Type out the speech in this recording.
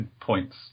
points